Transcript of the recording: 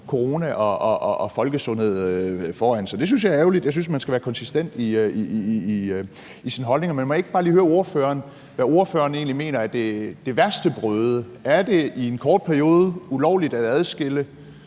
corona og folkesundhed foran sig. Det synes jeg er ærgerligt; jeg synes, man skal være konsistent i sine holdninger. Men må jeg ikke bare lige høre, hvad ordføreren egentlig mener er den værste brøde – er det i en kort periode ulovligt at adskille